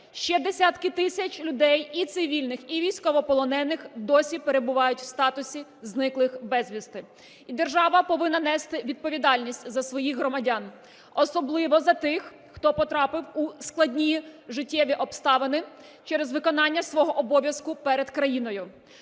Ще десятки тисяч людей, і цивільних, і військовополонених, досі перебувають в статусі зниклих безвісти. І держава повинна нести відповідальність за своїх громадян, особливо за тих, хто потрапив у складні життєві обставини через виконання свого обов'язку перед країною.